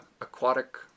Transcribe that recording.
aquatic